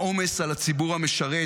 העומס על הציבור המשרת,